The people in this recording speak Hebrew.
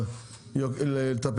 דוד,